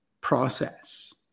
process